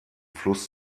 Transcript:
fluss